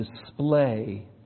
display